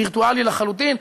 וירטואלי לחלוטין,